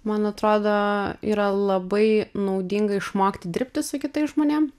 man atrodo yra labai naudinga išmokti dirbti su kitais žmonėm